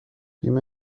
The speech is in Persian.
بیمه